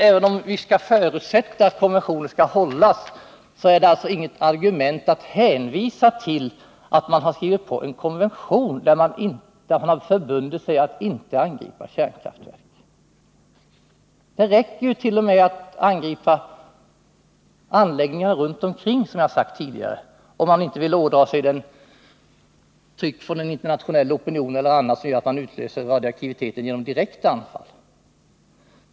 Även om vi bör förutsätta att konventioner skall hållas, är det inget argument att hänvisa till att man har skrivit på en konvention, där man har förbundit sig att inte angripa kärnkraftverk. Som jag har sagt tidigare räcker det med att anläggningar runt omkring angrips, om man inte vill ådra sig tryck från den internationella opinionen eller från annat håll genom att utlösa radioaktiviteten genom direkta anfall.